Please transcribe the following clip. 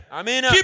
Amen